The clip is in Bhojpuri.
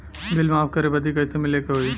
बिल माफ करे बदी कैसे मिले के होई?